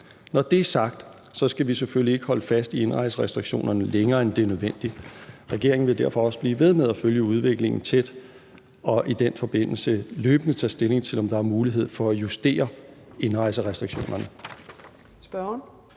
Når det er sagt, skal vi selvfølgelig ikke holde fast i indrejserestriktionerne længere, end det er nødvendigt. Regeringen vil derfor også blive ved med at følge udviklingen tæt og i den forbindelse løbende tage stilling til, om der er mulighed for at justere indrejserestriktionerne.